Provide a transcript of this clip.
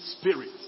spirit